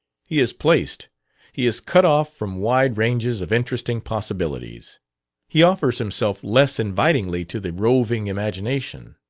he is placed he is cut off from wide ranges of interesting possibilities he offers himself less invitingly to the roving imagination.